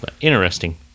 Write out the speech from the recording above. Interesting